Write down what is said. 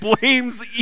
blames